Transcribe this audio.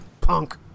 Punk